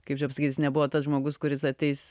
kaip čia pasakyt jis nebuvo tas žmogus kuris ateis